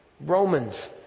Romans